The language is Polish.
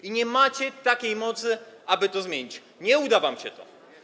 I nie macie takiej mocy, aby to zmienić, nie uda wam się to.